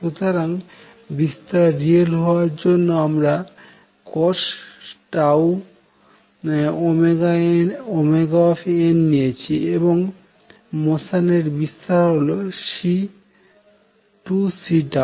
সুতরাং বিস্তার রিয়েল হওয়ার জন্য আমরা cosτωnনিয়েছি এবং মোশান এর বিস্তার হল 2C